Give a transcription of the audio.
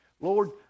Lord